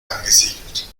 angesiedelt